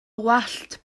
wallt